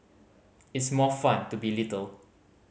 it's more fun to be little